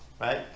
right